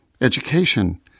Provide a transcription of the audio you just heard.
education